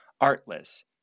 artless